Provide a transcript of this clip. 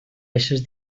eixes